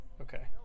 okay